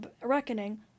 reckoning